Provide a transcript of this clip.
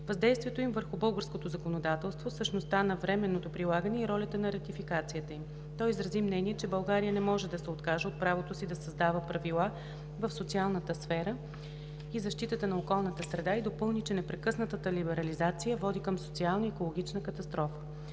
въздействието им върху българското законодателство, същността на временното прилагане и ролята на ратификацията им. Той изрази мнение, че България не може да се откаже от правото си да създава правила в социалната сфера и защитата на околната среда, и допълни, че непрекъснатата либерализация води към социална и екологична катастрофа.